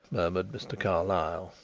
murmured mr. carlyle,